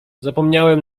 zapomniałem